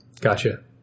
Gotcha